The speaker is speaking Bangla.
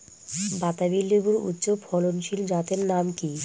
বাতাবি লেবুর উচ্চ ফলনশীল জাতের নাম কি?